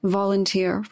volunteer